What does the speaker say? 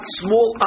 small